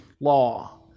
law